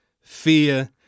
fear